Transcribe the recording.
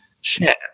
share